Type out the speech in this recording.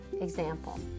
example